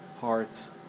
heart's